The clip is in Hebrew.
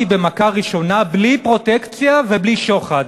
במכה ראשונה בלי פרוטקציה ובלי שוחד.